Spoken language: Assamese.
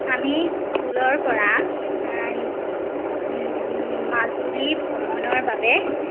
আমি স্কুলৰ পৰা মাজুলী ভ্ৰমণৰ বাবে